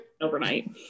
overnight